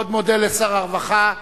אני מאוד מודה לשר הרווחה.